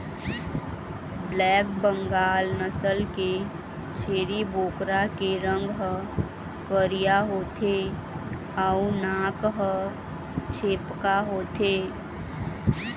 black Bengal नसल के छेरी बोकरा के रंग ह करिया होथे अउ नाक ह छेपका होथे